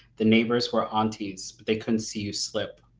the neighbors were aunties, but they couldn't see you slip.